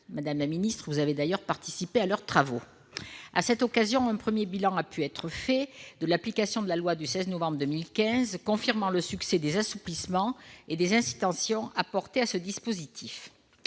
madame la ministre, participé à leurs travaux. À cette occasion un premier bilan a pu être fait de l'application de la loi du 16 novembre 2015, confirmant le succès des assouplissements et des incitations apportés à ce dispositif.